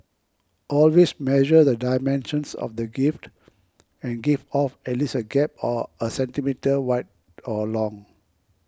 always measure the dimensions of the gift and give off at least a gap or a centimetre wide or long